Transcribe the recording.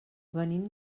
venim